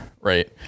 Right